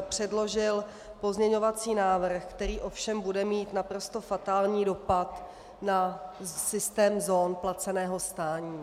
předložil pozměňovací návrh, který ovšem bude mít naprosto fatální dopad na systém zón placeného stání.